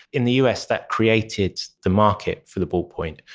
in the us, that created the market for the ballpoint,